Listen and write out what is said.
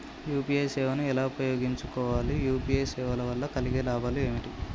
UPI సేవను ఎలా ఉపయోగించు కోవాలి? యూ.పీ.ఐ సేవల వల్ల కలిగే లాభాలు ఏమిటి?